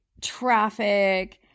traffic